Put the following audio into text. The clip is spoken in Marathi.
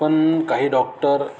पण काही डॉक्टर